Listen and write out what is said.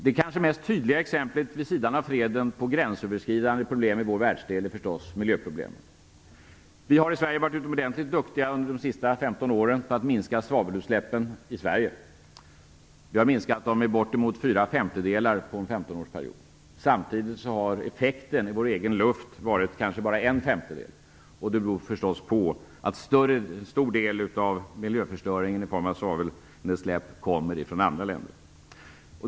Det kanske tydligaste exemplet, vid sidan av freden, på gränsöverskridande problem i vår världsdel är förstås miljöproblemen. Vi har i Sverige varit utomordentligt duktiga under de senaste 15 åren på att minska svavelutsläppen. Vi har minskat dem med bortemot fyra femtedelar inom en 15-årsperiod. Samtidigt har effekten i vår egen luft varit kanske bara en femtedel och det beror förstås på att en stor del av miljöförstöringen i form av svavelnedsläpp kommer från andra länder.